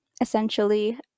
essentially